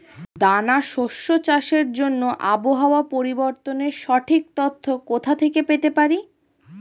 দানা শস্য চাষের জন্য আবহাওয়া পরিবর্তনের সঠিক তথ্য কোথা থেকে পেতে পারি?